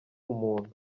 umuntu